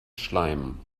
schleim